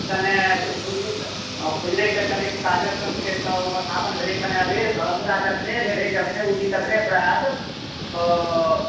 मने खुजलै तऽ खुजलै तऽ कने ई कार्यक्रमके तऽ कने उपस्थापन भेलै अबेरके मुदा जखनहि भेलै जखनहि उठी तखनहि प्रात तऽ